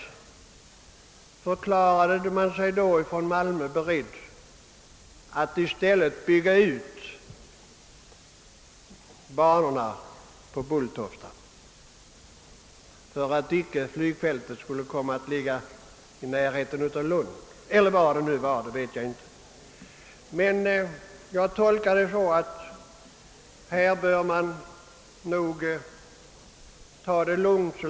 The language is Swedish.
Från malmöhåll förklarade man sig då beredd att i stället bygga ut banorna på Bulltofta för att flygfältet inte skulle komma att ligga i närheten av Lund. Herr talman! Jag anser mot denna bakgrund att man bör ta det lugnt.